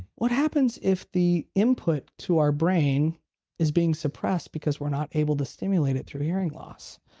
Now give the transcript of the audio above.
what happens if the input to our brain is being suppressed because we're not able to stimulate it through hearing loss?